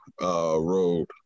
Road